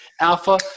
Alpha